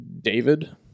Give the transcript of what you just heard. David